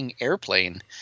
airplane